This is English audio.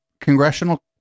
congressional